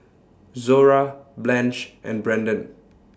Zora Blanch and Branden